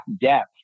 depth